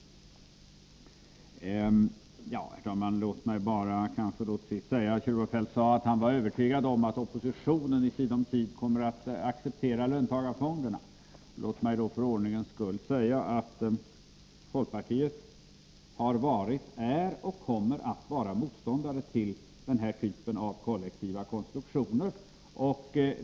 Herr talman! Kjell-Olof Feldt sade att han var övertygad om att oppositionen i sinom tid kommer att acceptera löntagarfonderna. Låt mig då för ordningens skull säga att folkpartiet har varit, är och kommer att vara motståndare till den här typen av kollektiva konstruktioner.